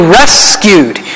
rescued